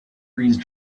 freeze